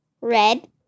Red